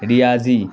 ریاضی